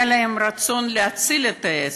היה להם רצון להציל את העסק,